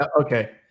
Okay